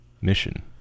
mission